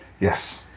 Yes